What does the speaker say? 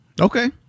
Okay